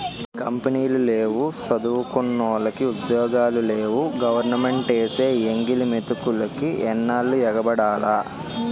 కంపినీలు లేవు సదువుకున్నోలికి ఉద్యోగాలు లేవు గవరమెంటేసే ఎంగిలి మెతుకులికి ఎన్నాల్లు ఎగబడాల